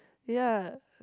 ya